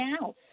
now